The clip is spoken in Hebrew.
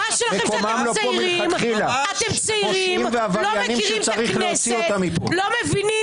אתם צעירים ולא מכירים את הכנסת ולא מבינים